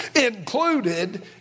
Included